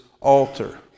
altar